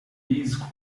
these